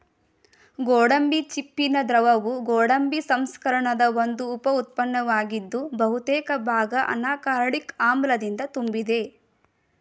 ಗೋಡಂಬಿ ಚಿಪ್ಪಿನ ದ್ರವವು ಗೋಡಂಬಿ ಸಂಸ್ಕರಣದ ಒಂದು ಉಪ ಉತ್ಪನ್ನವಾಗಿದ್ದು ಬಹುತೇಕ ಭಾಗ ಅನಾಕಾರ್ಡಿಕ್ ಆಮ್ಲದಿಂದ ತುಂಬಿದೆ